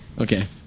Okay